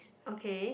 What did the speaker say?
okay